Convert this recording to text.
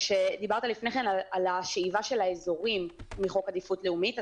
דיברת לפני כן על השאיבה של האזורים מחוק עדיפות לאומית.